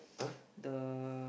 the